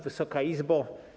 Wysoka Izbo!